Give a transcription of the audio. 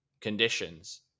conditions